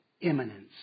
imminence